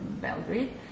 Belgrade